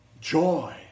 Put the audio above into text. joy